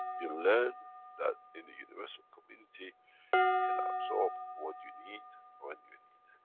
you learn that in the universal community you can absorb what you need, when you need.